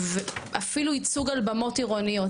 אפילו ייצוג על במות עירוניות.